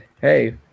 hey